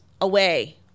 away